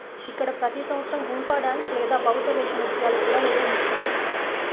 ఇక్కడ ప్రతి సంవత్సరం గుంఫా డ్యాన్స్ లేదా బౌద్ధ వేష నృత్యాలు కూడా నిర్వహిస్తారు